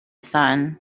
sun